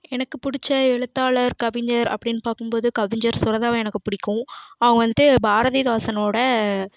எனக்கு பிடிச்ச எழுத்தாளர் கவிஞர் அப்படின்னு பார்க்கும்போது கவிஞர் சுரதாவை எனக்கு பிடிக்கும் அவங்க வந்துவிட்டு பாரதிதாசனோட